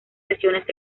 sesiones